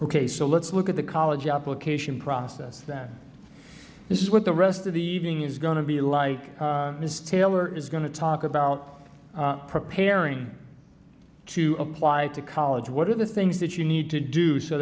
ok so let's look at the college application process that this is what the rest of the evening is going to be like ms taylor is going to talk about preparing to apply to college what are the things that you need to do so